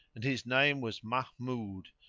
and his name was mahmud,